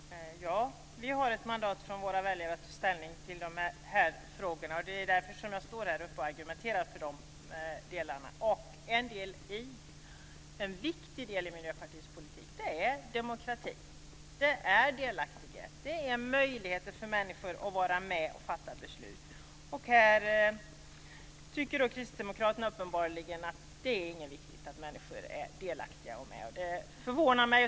Fru talman! Ja, vi har ett mandat från våra väljare att ta ställning till dessa frågor. Det är därför jag står här och argumenterar i de delarna. En viktig del i Miljöpartiets politik är demokrati, delaktighet, en möjlighet för människor att vara med och fatta beslut. Här tycker kristdemokraterna uppenbarligen att det inte är viktigt att människor är delaktiga. Det förvånar mig.